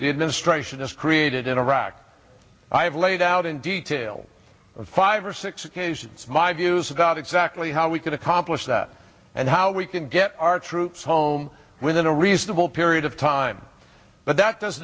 administration has created in iraq i have laid out in detail five or six occasions my views about exactly how we can accomplish that and how we can get our troops home within a reasonable period of time but that does